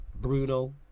Bruno